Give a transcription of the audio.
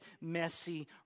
messy